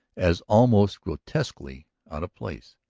as almost grotesquely out of place.